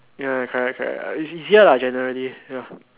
ya correct correct it's easier ah generally